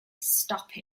stop